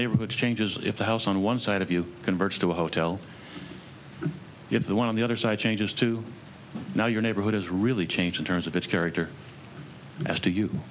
neighborhood changes if the house on one side of you converts to a hotel you're the one on the other side changes to now your neighborhood has really changed in terms of its character as to you